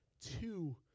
two